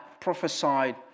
prophesied